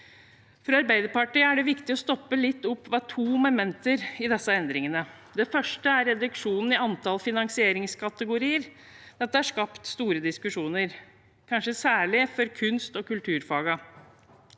For Arbeiderpartiet er det viktig å stoppe litt opp ved to momenter i disse endringene. Det første er reduksjonen i antall finansieringskategorier. Dette har skapt store diskusjoner, kanskje særlig for kunst- og kulturfagene.